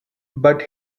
but